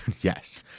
Yes